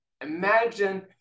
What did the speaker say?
Imagine